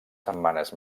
setmanes